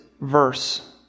verse